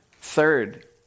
Third